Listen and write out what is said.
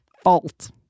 fault